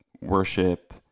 worship